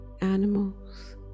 animals